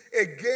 again